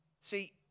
See